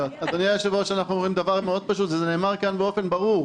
היושב-ראש, וזה נאמר כאן באופן ברור,